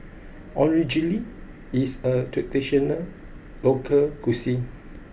Onigiri is a traditional local cuisine